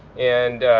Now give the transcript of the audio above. and,